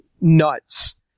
nuts